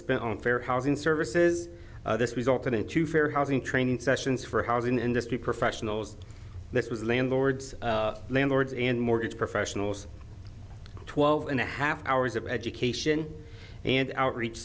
on fair housing services this resulted in two fair housing training sessions for housing industry professionals this was landlords landlords and mortgage professionals twelve and a half hours of education and outreach